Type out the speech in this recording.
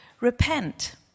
Repent